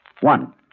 One